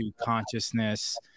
consciousness